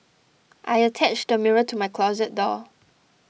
I attached a mirror to my closet door